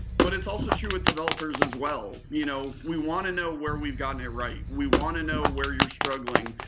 but it's also true with developers as well. you know we want to know where we've gotten it right. we want to know where you're struggling.